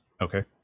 Okay